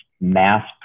mass